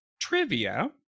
trivia